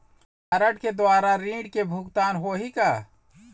Card के द्वारा ऋण के भुगतान होही का?